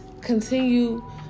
continue